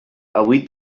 avui